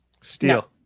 Steel